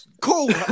cool